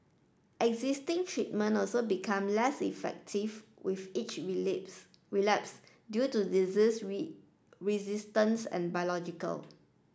existing treatment also become less effective with each relapse due to disease resistance and biological